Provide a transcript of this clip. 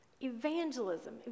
Evangelism